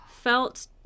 felt